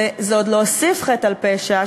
ועוד להוסיף חטא על פשע,